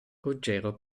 ruggero